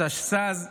התשס"ז 2007,